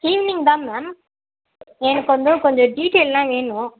evening தான் ma'am எனக்கு வந்து கொஞ்சம் டீட்டெயில்லாம் வேணும்